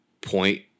point